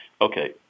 okay